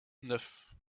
neuf